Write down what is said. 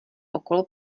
okolo